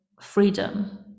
freedom